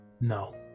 no